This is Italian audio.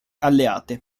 alleate